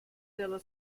della